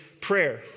prayer